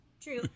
True